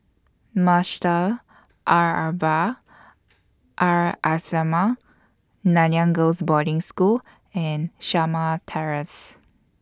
Madrasah Al Arabiah Al Islamiah Nanyang Girls' Boarding School and Shamah Terrace